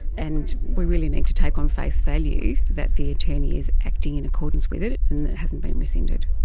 and we really need to take on face value that the attorney is acting in accordance with it it and that it hasn't been rescinded.